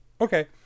Okay